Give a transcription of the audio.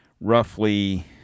roughly